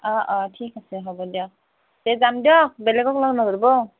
অঁ অঁ ঠিক আছে হ'ব দিয়ক তে যাম দিয়ক বেলেগক লগ নধৰিব